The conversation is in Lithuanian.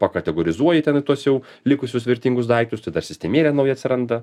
pakategorizuoji ten tuos jau likusius vertingus daiktus tai dar sistemėlė nauja atsiranda